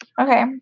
Okay